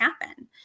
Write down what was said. happen